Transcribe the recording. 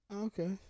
Okay